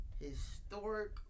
historic